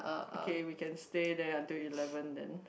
okay we can stay there until eleven then